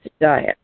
diet